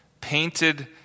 Painted